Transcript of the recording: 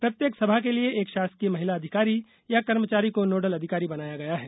प्रत्येक सभा के लिए एक शासकीय महिला अधिकारी या कर्मचारी को नोडल अधिकारी बनाया गया है